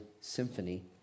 symphony